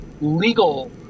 legal